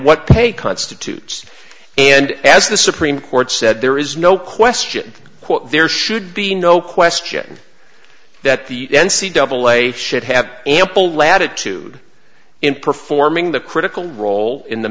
what pe constitutes and as the supreme court said there is no question there should be no question that the n c double a should have ample latitude in performing the critical role in the